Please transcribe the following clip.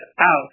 out